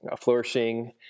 flourishing